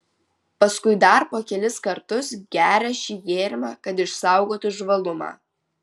paskui dar po kelis kartus gerią šį gėrimą kad išsaugotų žvalumą